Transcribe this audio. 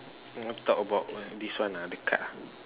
you want to talk about this one uh the card